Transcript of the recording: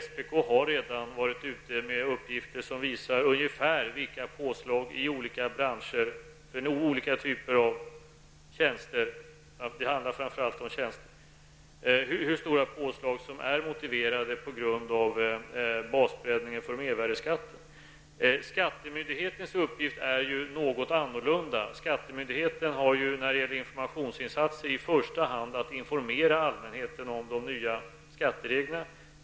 SPK har redan informerat om uppgifter som visar ungefär vilka påslag i olika branscher och för olika typer av tjänster som är motiverade på grund av basbreddningen av mervärdeskatten. Skattemyndighetens uppgift är något annorlunda. Skattemyndigheten har i första hand att informera allmänheten om de nya skattereglerna.